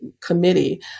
committee